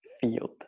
field